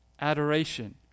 adoration